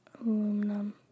Aluminum